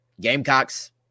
Gamecocks